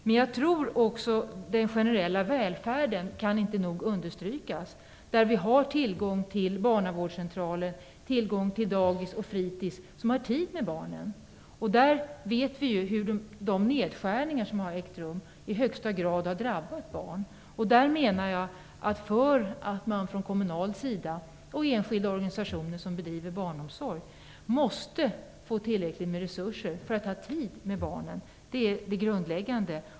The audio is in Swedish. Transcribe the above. Men jag tror också att den generella välfärden inte nog kan understrykas, där vi har tillgång till barnavårdscentral, tillgång till dagis och fritis som har tid med barnen. Där vet vi att de nedskärningar som har ägt rum i högsta grad har drabbat barn. Jag menar att kommunerna och enskilda organisationer som bedriver barnomsorg måste få tillräckligt med resurser för att ha tid med barnen. Det är det grundläggande.